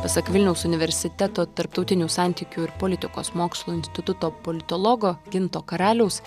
pasak vilniaus universiteto tarptautinių santykių ir politikos mokslų instituto politologo ginto karaliaus